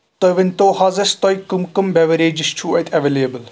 تُہۍ ؤنتو حظ اسہِ تۄہہِ کٕم کٕم بیوریجز چھو اَتہِ اٮ۪ویلیبٕل